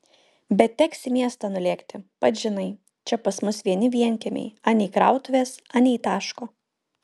bet teks į miestą nulėkti pats žinai čia pas mus vieni vienkiemiai anei krautuvės anei taško